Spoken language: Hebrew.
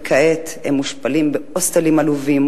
וכעת הם מושפלים בהוסטלים עלובים,